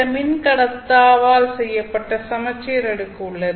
சில மின்கடத்தாவால் செய்யப்பட்ட சமச்சீர் அடுக்கு உள்ளது